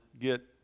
get